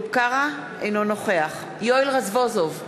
אינו נוכח יואל רזבוזוב,